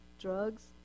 Drugs